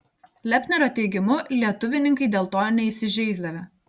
lepnerio teigimu lietuvininkai dėl to neįsižeisdavę